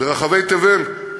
ברחבי תבל.